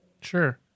Sure